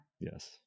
Yes